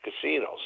casinos